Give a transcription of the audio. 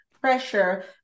pressure